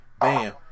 bam